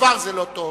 כבר זה לא טוב.